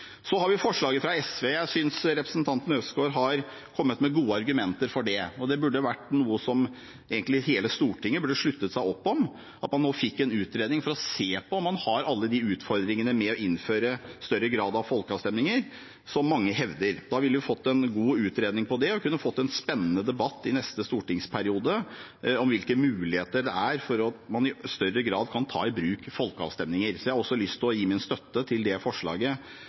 Så har vi forslaget fra SV, og jeg synes representanten Øvstegård har kommet med gode argumenter for det. Det burde egentlig være noe som hele Stortinget sluttet opp om: at man nå fikk en utredning for å se på om man får alle de utfordringene ved å innføre større grad av folkeavstemninger som mange hevder. Da ville vi ha fått en god utredning på det, og vi kunne ha fått en spennende debatt i neste stortingsperiode om hvilke muligheter det er for at man i større grad kan ta i bruk folkeavstemninger. Så jeg har også lyst til å gi min støtte til det forslaget,